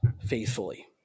faithfully